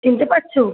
চিনতে পারছ